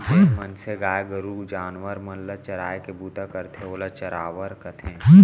जेन मनसे गाय गरू जानवर मन ल चराय के बूता करथे ओला चरवार कथें